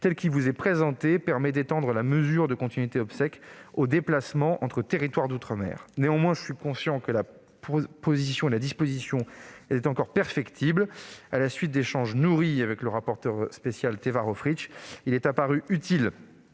tel qu'il vous est présenté, permet d'étendre la mesure de continuité obsèques aux déplacements entre territoires d'outre-mer. Néanmoins, je suis conscient que la disposition est encore perfectible. À la suite d'échanges nourris avec M. le rapporteur spécial Teva Rohfritsch, il est apparu utile